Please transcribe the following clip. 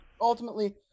Ultimately